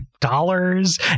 dollars